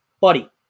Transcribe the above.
buddy